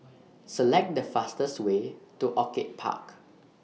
Select The fastest Way to Orchid Park